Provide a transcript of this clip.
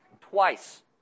twice